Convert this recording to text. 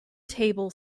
table